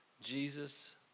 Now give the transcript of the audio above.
Jesus